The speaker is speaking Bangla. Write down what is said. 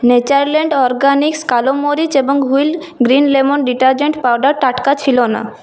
নেচারল্যাণ্ড অর্গ্যানিক্স কালো মরিচ এবং Wheel green lemon detergent powder টাটকা ছিল না